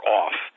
off